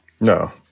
No